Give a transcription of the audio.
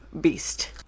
beast